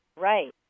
Right